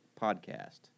podcast